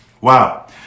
Wow